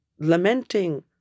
lamenting